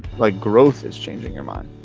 like growth is changing your mind.